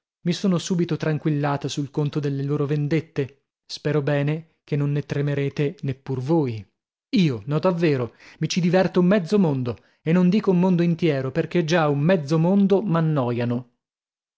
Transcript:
mi sono subito tranquillata sul conto delle loro vendette spero bene che non ne tremerete neppur voi io no davvero mi ci diverto mezzo mondo e non dico un mondo intiero perchè già un mezzo mondo m'annoiano